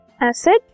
acid